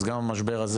אז גם המשבר הזה